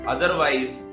Otherwise